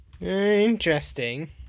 Interesting